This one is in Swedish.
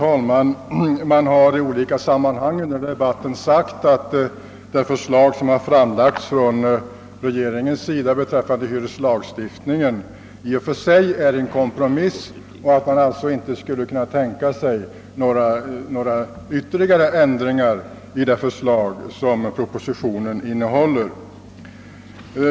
Herr talman! Det har i olika sammanhang i denna debatt sagts att regeringens förslag till ny hyreslagstiftning i och för sig var en kompromiss och att man därför inte kunde tänka sig några ytterligare ändringar av propositionsförslaget.